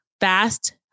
Fast